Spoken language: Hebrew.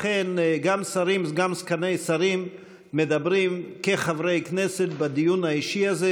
לכן גם שרים וגם סגני שרים מדברים כחברי כנסת בדיון האישי הזה,